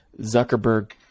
Zuckerberg